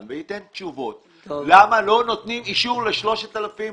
וייתן תשובות למה לא נותנים אישור ל-3,000 עובדים.